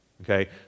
okay